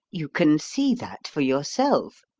you can see that for yourself.